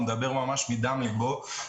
הוא מדבר ממש מדם ליבו.